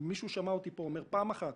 מישהו שמע אותי אומר פה פעם אחת